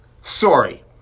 sorry